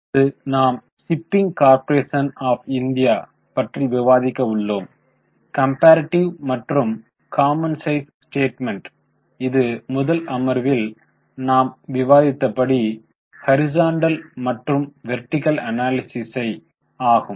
இப்போது நாம் shipping corporation of India பற்றி விவாதிக்க உள்ளோம் கம்பாரிட்டிவ் மற்றும் காமன் சைஸ் ஸ்டேட்மென்ட் இது முதல் அமர்வில் நாம் விவாதித்தபடி ஹரிசான்டல் மாற்றும் வெர்டிகள் அனாலிசிஸ் ஆகும்